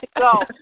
go